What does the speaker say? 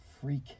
freak